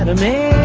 and and may,